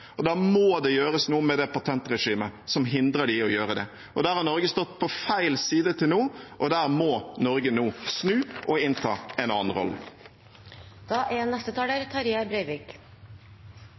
Da må det gjøres noe med det patentregimet som hindrer dem i å gjøre det. Der har Norge stått på feil side til nå, og der må Norge nå snu og innta en annen